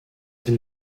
been